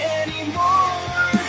anymore